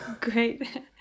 Great